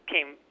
came